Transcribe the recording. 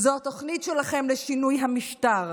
זה התוכנית שלכם לשינוי המשטר.